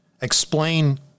explain